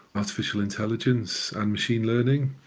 artificial intelligence and machine learning.